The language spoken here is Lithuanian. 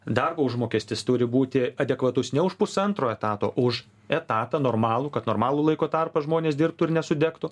darbo užmokestis turi būti adekvatus ne už pusantro etato už etatą normalų kad normalų laiko tarpą žmonės dirbtų ir nesudegtų